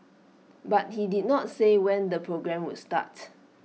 but he did not say when the programme would start